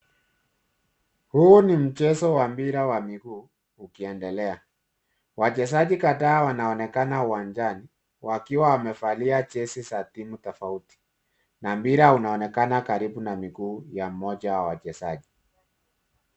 Huu ni mchezo wa mpira wa miguu ukiendelea. Wachezaji kadhaa wanaonekana uwanjani wakiwa wamevalia jezi za timu tofauti, na mpira unaonekana karibu na miguu ya mmoja wa wachezaji.